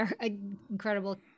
incredible